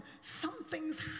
something's